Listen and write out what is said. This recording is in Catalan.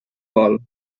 vol